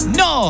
no